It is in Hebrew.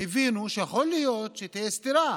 הבינו שיכול להיות שתהיה סתירה